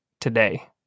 today